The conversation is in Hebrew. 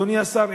אדוני השר,